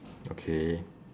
okay